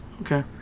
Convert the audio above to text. okay